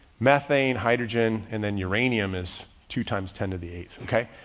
methane, hydrogen, and then uranium is two times ten to the eighth. okay?